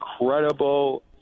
incredible